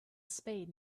spade